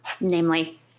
namely